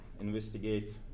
investigate